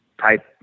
type